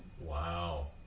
Wow